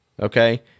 Okay